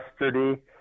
yesterday